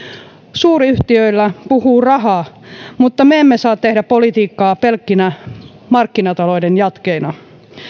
suuryhtiöillä puhuu raha mutta me emme saa tehdä politiikkaa pelkkinä markkinata louden jatkeina